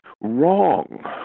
wrong